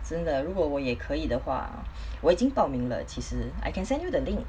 真的如果我也可以的话我已经报名了其实 I can send you the link